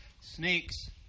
snakes